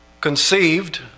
conceived